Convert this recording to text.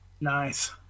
Nice